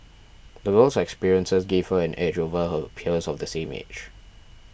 the girl's experiences gave her an edge over her peers of the same age